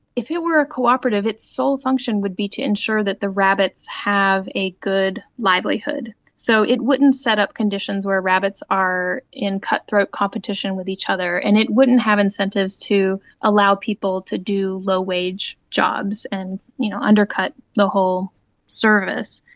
if it were a cooperative its sole function would be to ensure that the rabbits have a good livelihood. so it wouldn't set up conditions where rabbits are in cutthroat competition with each other, and it wouldn't have incentives to allow people to do low-wage jobs and you know undercut the whole service,